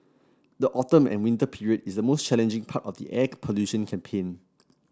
the autumn and winter period is the most challenging part of the air pollution campaign